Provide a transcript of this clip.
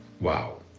Wow